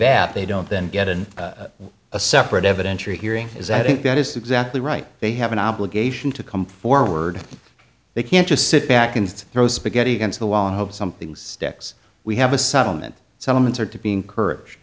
that they don't then get in a separate evidentiary hearing is i think that is exactly right they have an obligation to come forward they can't just sit back and throw spaghetti against the wall and hope something sticks we have a settlement settlements are to be encourage